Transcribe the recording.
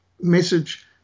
message